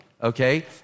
Okay